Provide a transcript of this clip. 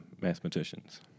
mathematicians